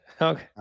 okay